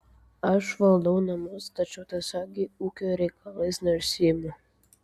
aš valdau namus tačiau tiesiogiai ūkio reikalais neužsiimu